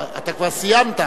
אתה כבר סיימת,